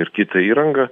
ir kitą įrangą